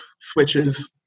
switches